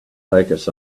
focus